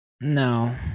No